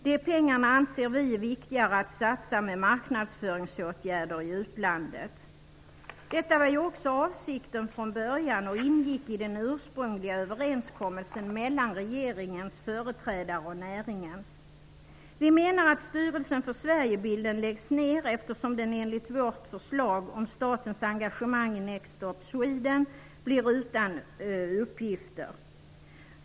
De pengarna anser vi är viktigare att satsa på marknadsföringsåtgärder i utlandet. Detta var ju också avsikten från början och ingick i den ursprungliga överenskommelsen mellan regeringens företrädare och näringens. Vi menar att Styrelsen för Sverigebilden skall läggas ned, eftersom den enligt vårt förslag om statens engagemang i Next Stop Sweden blir utan uppgifter.